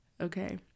Okay